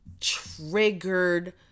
triggered